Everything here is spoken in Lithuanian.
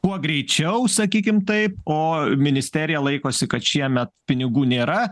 kuo greičiau sakykime taip o ministerija laikosi kad šiemet pinigų nėra